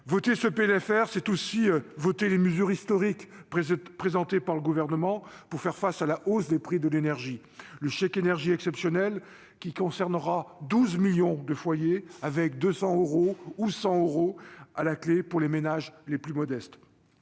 Voter ce PLFR, c'est aussi voter les mesures historiques présentées par le Gouvernement pour faire face à la hausse des prix de l'énergie : le chèque énergie exceptionnel, qui concernera 12 millions de foyers, avec 200 ou 100 euros à la clef pour les ménages les plus modestes.